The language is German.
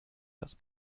das